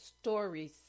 stories